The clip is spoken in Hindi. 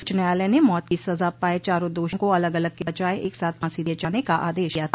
उच्च न्यायालय ने मौत की सजा पाये चारों दोषियों को अलग अलग के बजाय एक साथ फांसी दिये जाने का आदेश दिया था